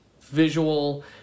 visual